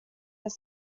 das